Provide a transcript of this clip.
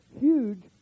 huge